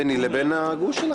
והסיכום היה ביני לבין הגוש שלכם.